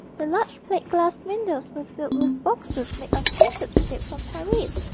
the large plate-glass windows were filled with boxes made of painted silk from paris,